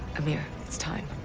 amir, it's tine.